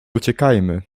uciekajmy